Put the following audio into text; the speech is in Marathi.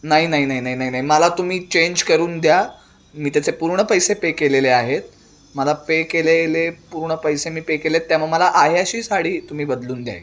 नाही नाही नाही नाही नाही नाही मला तुम्ही चेंज करून द्या मी त्याचे पूर्ण पैसे पे केलेले आहेत मला पे केलेले पूर्ण पैसे मी पे केले आहेत त्यामुळं मला आहे अशी साडी तुम्ही बदलून द्या